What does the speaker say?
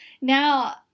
Now